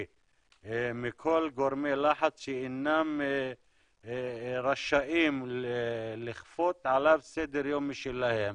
מכל גורמי לחץ שאינם רשאים לכפות עליו סדר יום שלהם